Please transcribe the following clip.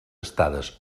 estades